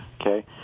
Okay